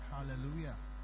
Hallelujah